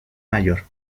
mayor